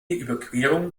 überquerung